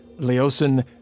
Leosin